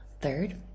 Third